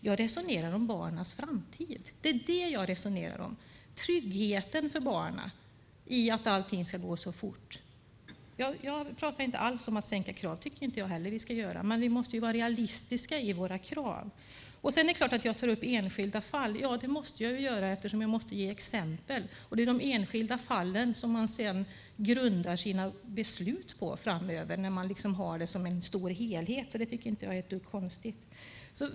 Jag resonerar om barnens framtid, om tryggheten för barnen när allt ska gå så fort. Jag talar inte alls om att sänka kraven. Det tycker inte heller jag att vi ska göra, men vi måste vara realistiska i våra krav. Det är klart att jag tar upp enskilda fall. Det måste jag göra eftersom jag måste ge exempel. Det är de enskilda fallen som man sedan grundar sina beslut på, när man har helheten. Det tycker jag alltså inte är ett dugg konstigt.